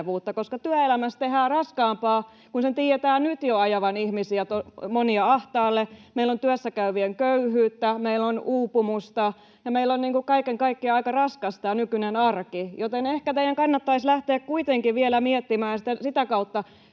koska työelämästä tehdään raskaampaa, kun sen tiedetään nyt jo ajavan monia ihmisiä ahtaalle. Meillä on työssäkäyvien köyhyyttä, meillä on uupumusta, ja meillä on kaiken kaikkiaan aika raskas tämä nykyinen arki. Joten ehkä teidän kannattaisi lähteä kuitenkin vielä miettimään sitä kautta,